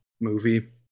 movie